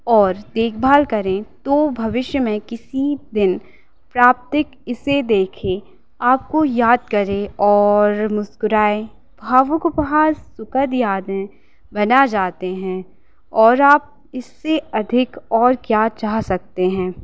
और देखभाल करें तो भविष्य में किसी दिन प्राप्तिक इसे देखें आपको याद करें और मुस्कुराएँ भावुक उपहार सुखद यादें बना जाते हैं और आप इससे अधिक और क्या चाह सकते हैं